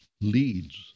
leads